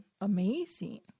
amazing